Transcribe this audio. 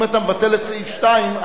אם אתה מבטל את סעיף 2,